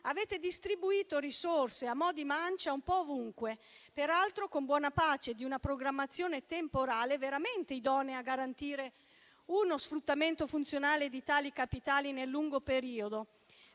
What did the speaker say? Avete distribuito risorse a mo' di mancia un po' ovunque, peraltro con buona pace di una programmazione temporale veramente idonea a garantire uno sfruttamento funzionale di tali capitali nel lungo periodo,